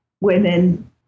women